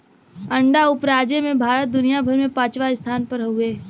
अंडा उपराजे में भारत दुनिया भर में पचवां स्थान पर हउवे